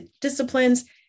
disciplines